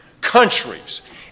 countries